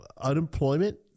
unemployment